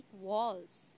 walls